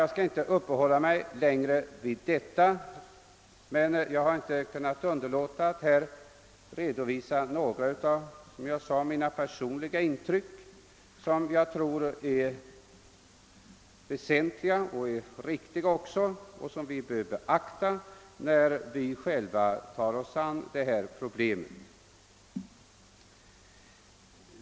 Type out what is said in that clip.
Jag skall inte uppehålla mig längre vid detta, men jag har inte kunnat underlåta att redovisa några av mina personliga intryck som jag tror är väsentliga och även riktiga och som vi bör beakta, när vi själva tar oss an dessa problem.